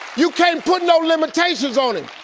you can't put no limitations on him.